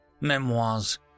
Memoirs